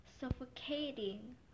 suffocating